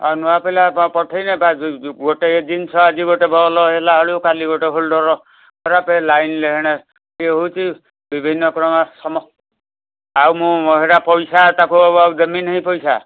ଆଉ ନୁଆଁପିଲା ପଠେଇଲେ ତା ଗୋଟେ ଜିନିଷ ଆଜି ଗୋଟେ ବଲ୍ ହେଲାବେଳକୁ କାଲି ଗୋଟେ ହୋଲ୍ଡର ଖରାପେ ଲାଇନ୍ ରେ ଏଣେ ଇଏ ହେଉଛେ ବିଭିନ୍ନ ପ୍ରକାର ଆଉ ମୁଁ ଅଲଗା ପଇସା ତାକୁ ଆଉ ଦେମିନାହିଁ ପଇସା